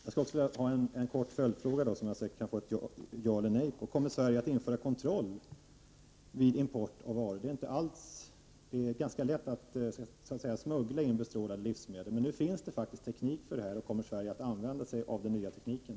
Jag vill även ställa en kort följdfråga, som säkert kan besvaras med ja eller